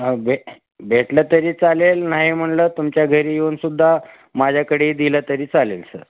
हां भे भेटलं तरी चालेल नाही म्हणलं तुमच्या घरी येऊनसुद्धा माझ्याकडे दिलं तरी चालेल सर